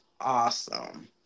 awesome